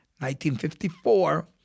1954